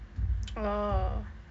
oh